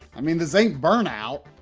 i mean, this ain't burnout.